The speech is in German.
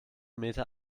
meter